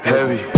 Heavy